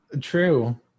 True